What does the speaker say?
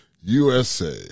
USA